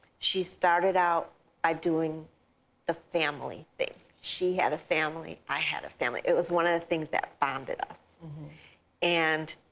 she started out by doing the family thing. she had a family. i had a family. it was one of the things that bonded us. winfrey